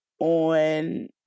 on